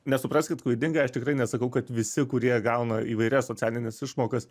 nesupraskit klaidingai aš tikrai nesakau kad visi kurie gauna įvairias socialines išmokas